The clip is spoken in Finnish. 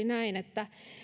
näin että